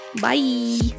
bye